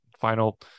final